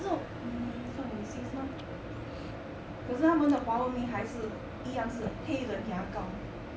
no um 算 racist mah 可是他们的华文名还是一样是黑人牙膏